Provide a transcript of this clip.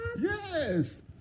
Yes